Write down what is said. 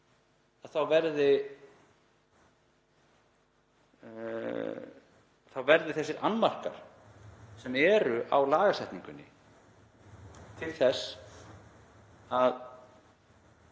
verði þessir annmarkar sem eru á lagasetningunni til þess að